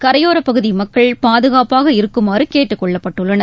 கரையோரப்பகுதி மக்கள் பாதுகாப்பாக இருக்குமாறு கேட்டுக்கொள்ளப்பட்டுள்ளனர்